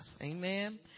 Amen